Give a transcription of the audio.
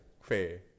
Fair